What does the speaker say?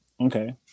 Okay